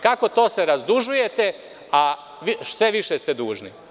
Kako to se razdužujete, a sve više ste dužni?